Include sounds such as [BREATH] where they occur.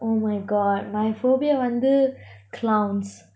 oh my god my phobia வந்து:vanthu [BREATH] clowns